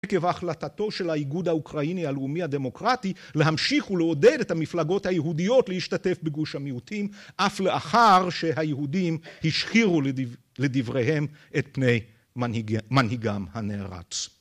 עכב ההחלטתו של האיגוד האוקראיני הלאומי הדמוקרטי להמשיך ולעודד את המפלגות היהודיות להשתתף בגוש המיעוטים אף לאחר שהיהודים השחירו לדבריהם את פני מנהיגם הנערץ.